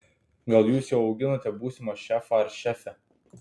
gal jūs jau auginate būsimą šefą ar šefę